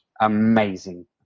Amazing